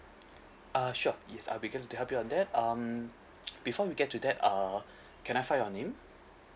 uh sure yes I'd be glad to help you on that um before we get to that uh can I find your name